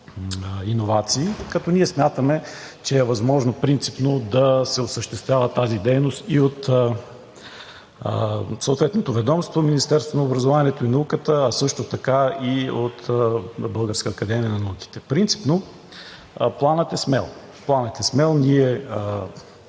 иновации, като ние смятаме, че е възможно принципно да се осъществява тази дейност от съответното ведомство – Министерството на образованието и науката, а също така и от Българската академия на науките? Принципно планът е смел. Планът е смел!